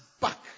back